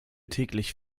täglich